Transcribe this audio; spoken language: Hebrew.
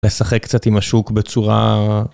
לשחק קצת עם השוק בצורה.